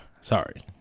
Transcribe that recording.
sorry